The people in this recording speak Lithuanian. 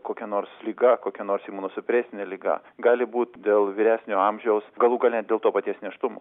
kokia nors liga kokia nors imunosupresinė liga gali būt dėl vyresnio amžiaus galų gale dėl to paties nėštumo